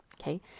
okay